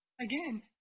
again